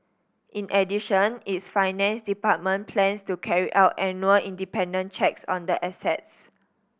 in addition its finance department plans to carry out annual independent checks on the assets